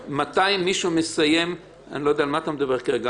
אני לא יודע על מה אתה מדבר כרגע,